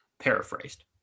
paraphrased